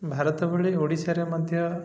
ଭାରତ ଭଳି ଓଡ଼ିଶାରେ ମଧ୍ୟ